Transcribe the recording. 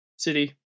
City